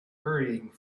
hurrying